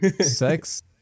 Sex